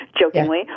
jokingly